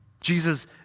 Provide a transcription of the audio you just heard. Jesus